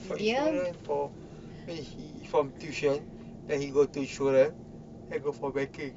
from insurance from mean he from tuition then he go insurance then go for banking